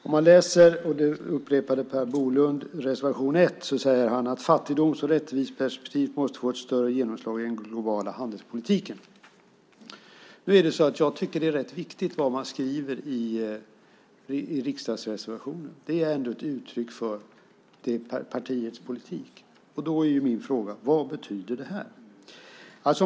I reservation 1 säger Per Bolund att "fattigdoms och rättviseperspektivet måste få ett större genomslag i den globala handelspolitiken". Jag tycker att det är rätt viktigt vad man skriver i riksdagsreservationer. Det är ändå ett uttryck för partiets politik. Min fråga är: Vad betyder detta?